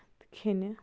تہٕ کھیٚنہِ